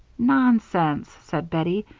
nonsense! said bettie.